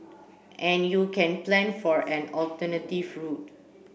and you can plan for an alternative route